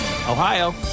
Ohio